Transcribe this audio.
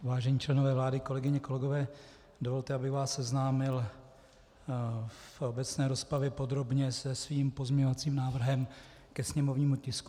Vážení členové vlády, kolegyně, kolegové, dovolte mi, abych vás seznámil v obecné rozpravě podrobně se svým pozměňovacím návrhem ke sněmovnímu tisku 406.